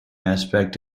aspect